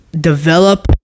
develop